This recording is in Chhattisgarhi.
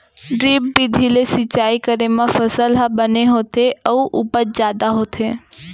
ड्रिप बिधि ले सिंचई करे म फसल ह बने होथे अउ उपज जादा होथे